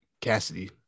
Cassidy